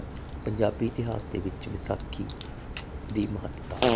ਪੰਜਾਬੀ ਇਤਿਹਾਸ ਦੇ ਵਿੱਚ ਵਿਸਾਖੀ ਦੀ ਮਹੱਤਤਾ